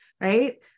right